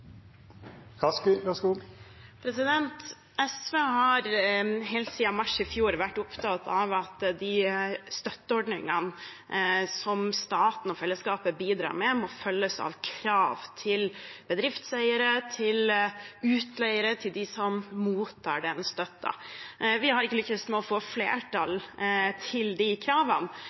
SV har helt siden mars i fjor vært opptatt av at de støtteordningene som staten og fellesskapet bidrar med, må følges av krav til bedriftseiere, til utleiere, til dem som mottar den støtten. Vi har ikke lykkes med å få flertall for de kravene,